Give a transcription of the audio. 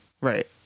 right